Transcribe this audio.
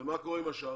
מה קורה עם השאר?